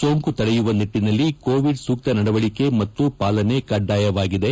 ಸೋಂಕು ತಡೆಯುವ ನಿಟ್ಟಿನಲ್ಲಿ ಕೋವಿಡ್ ಸೂಕ್ತ ನಡವಳಿಕೆ ಮತ್ತು ಪಾಲನೆ ಕಡ್ಡಾಯವಾಗಿದೆ